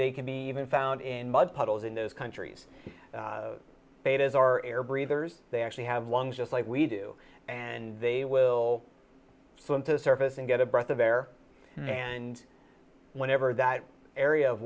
they can be even found in mud puddles in those countries betas are air breathers they actually have lungs just like we do and they will swim to the surface and get a breath of air and whenever that area of